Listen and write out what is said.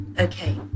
Okay